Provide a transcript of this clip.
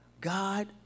God